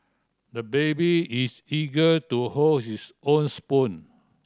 the baby is eager to hold his own spoon